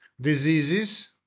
diseases